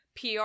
pr